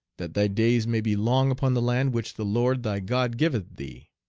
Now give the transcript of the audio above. that thy days may be long upon the land which the lord thy god giveth thee,